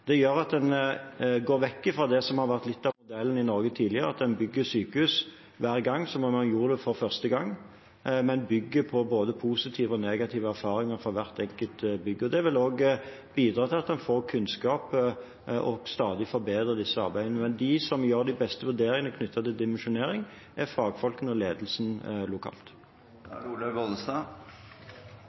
har vært litt av modellen i Norge tidligere – at en bygger sykehus hver gang som om en gjorde det for første gang – men bygger på både positive og negative erfaringer for hvert enkelt bygg. Det vil også bidra til at en får kunnskap, og til stadig å forbedre disse arbeidene. Men de som gjør de beste vurderingene knyttet til dimensjonering, er fagfolkene og ledelsen lokalt.